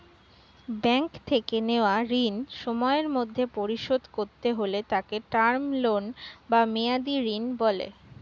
bank থেকে নেওয়া ঋণ সময়ের মধ্যে পরিশোধ করতে হলে তাকে টার্ম লোন বা মেয়াদী ঋণ বলে